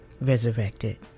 resurrected